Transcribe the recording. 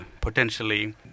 Potentially